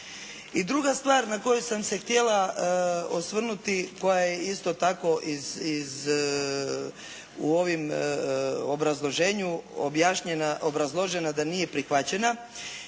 I druga stvar na koju sam se htjela osvrnuti koja je isto tako u ovom obrazloženju obrazložena da nije prihvaćena